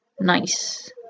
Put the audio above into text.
nice